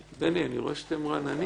בני, אני רואה שאתם רעננים.